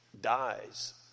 dies